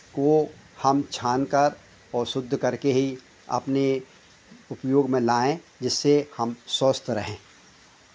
को हम छान कर और शुद्ध करके ही अपने उपयोग में लाएँ जिससे हम स्वस्थ रहें